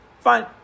Fine